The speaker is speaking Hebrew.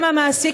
גם מהמעסיק,